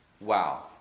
wow